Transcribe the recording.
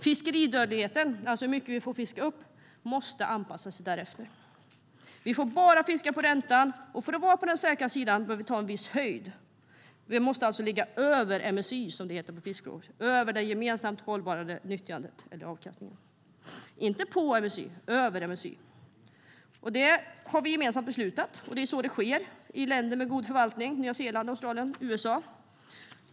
Fiskeridödligheten, alltså hur mycket vi får fiska upp, måste anpassas därefter. Vi får bara fiska på räntan, och för att vara på den säkra sidan bör vi ta en viss höjd. Vi måste alltså ligga över MSY, som det heter på fiskespråk, det vill säga över den gemensamt hållbara avkastningen - inte på MSY, utan över. Det har vi gemensamt beslutat, och det är så det sker i länder med god förvaltning: Nya Zeeland, Australien och USA.